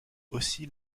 aussi